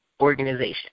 organization